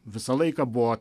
visą laiką buvo